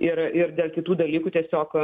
ir ir dėl kitų dalykų tiesiog